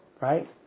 right